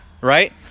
Right